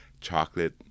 chocolate